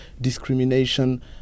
discrimination